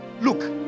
look